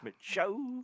show